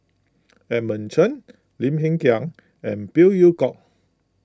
Edmund Cheng Lim Hng Kiang and Phey Yew Kok